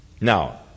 Now